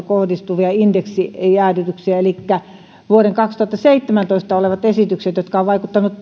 kohdistuvia indeksijäädytyksiä elikkä vuoden kaksituhattaseitsemäntoista esityksiä jotka ovat vaikuttaneet